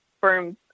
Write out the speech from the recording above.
firms